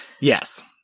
Yes